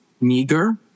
meager